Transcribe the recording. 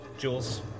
Jules